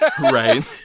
Right